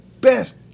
Best